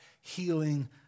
healing